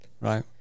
right